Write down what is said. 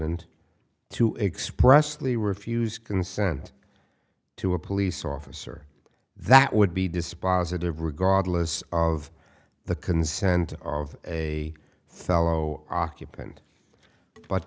and to express lee refuse consent to a police officer that would be dispositive regardless of the consent of a fellow occupant but